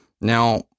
Now